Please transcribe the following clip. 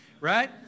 right